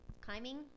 climbing